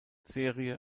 serie